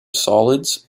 solids